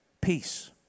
peace